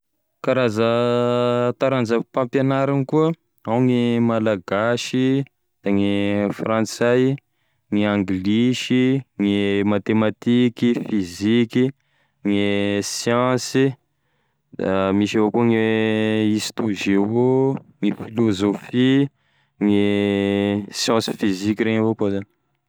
Karaza taranzam-pampianarany koa: ao gne malagasy, da gne fransay, gny anglisy, gne matematiky, fiziky, gne siansy, misy avao koa gne histo-geo, gne filôzofia, gne chose a physique reny avao koa zany.